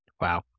Wow